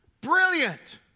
brilliant